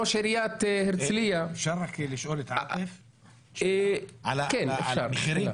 ראש עיריית הרצליה -- אפשר לשאול את עאטף על המחירים?